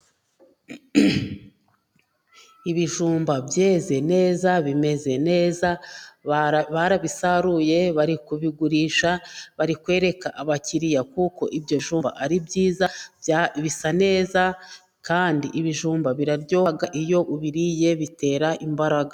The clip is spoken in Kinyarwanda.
Ibijumba byeze neza bimeze neza, barabisaruye bari kubigurisha bari kwereka abakiriya, kuko ibyo bijumba ari byiza bisa neza, kandi ibijumba biraryoha iyo ubiriye bitera imbaraga.